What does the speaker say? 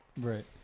Right